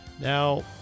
Now